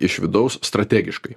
iš vidaus strategiškai